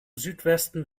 südwesten